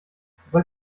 sobald